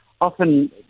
often